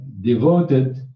devoted